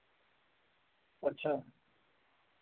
अच्छा